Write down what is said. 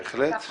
בהחלט.